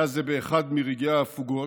היה זה באחד מרגעי ההפוגות,